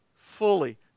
fully